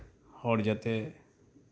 ᱦᱚᱲ ᱡᱟᱛᱮ